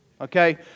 Okay